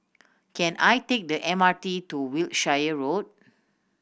can I take the M R T to Wiltshire Road